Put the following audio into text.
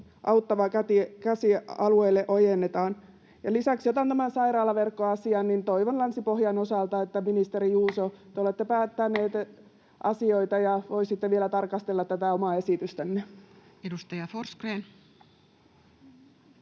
auttava käsi alueille ojennetaan. Lisäksi otan tämän sairaalaverkkoasian: toivon Länsi-Pohjan osalta, ministeri Juuso, että kun te olette päättänyt asioita, niin voisitte vielä tarkastella tätä omaa esitystänne. Edustaja Forsgrén.